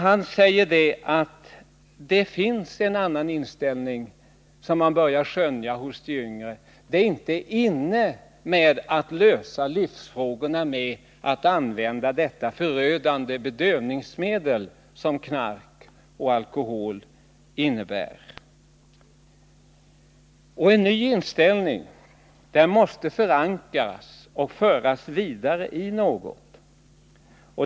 Han sade att man har börjat skönja en annan inställning hos de yngre. Det är inte inne att lösa livsfrågorna genom att använda sådana förödande bedövningsmedel som knark och alkohol. En ny inställning måste förankras och föras vidare i något.